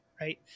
Right